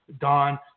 Don